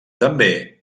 també